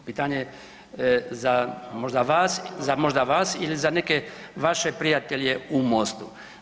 Pitanje je za možda vas, za možda vas ili za neke vaše prijatelje u Mostu.